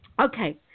Okay